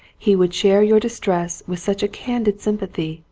he would share your distress with such a candid sympathy,